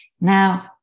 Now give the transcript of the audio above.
Now